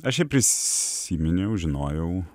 aš jį prisiminiau žinojau